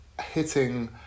hitting